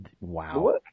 Wow